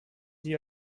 die